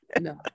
No